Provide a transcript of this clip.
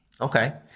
Okay